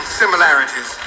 similarities